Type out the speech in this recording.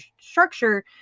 structure